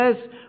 says